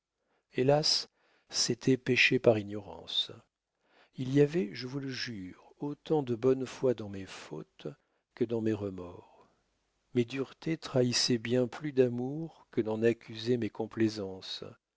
hélas c'était pécher par ignorance il y avait je vous le jure autant de bonne foi dans mes fautes que dans mes remords mes duretés trahissaient bien plus d'amour que n'en accusaient mes complaisances